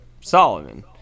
Solomon